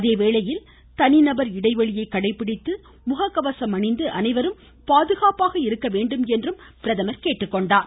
அதேவேளையில் தனி நபர் இடைவெளி கடைபிடித்து முககவசம் அணிந்து அனைவரும் பாதுகாப்பாக இருக்க வேண்டும் என்று அவர் கேட்டுக்கொண்டார்